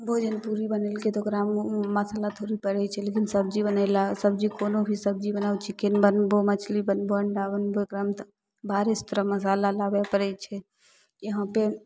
भोजन पूड़ी बनेलकै तऽ ओकरामे मसाला थोड़े पड़ै छै लेकिन सबजी बनेला सबजी कोनो भी सबजी बनाउ चिकेन बनबऽ मछली बनबऽ अण्डा बनबऽ ओकरामे तऽ बाहरेसे तोरा मसाला लाबै पड़ै छै यहाँपर